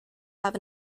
have